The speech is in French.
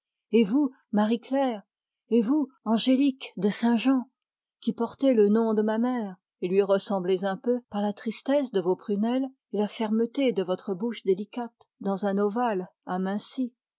et vous marie claire et vous angélique de saint-jean qui portez le nom de ma mère et lui ressemblez un peu par la tristesse de vos prunelles et la fermeté de votre bouche délicate dans un ovale aminci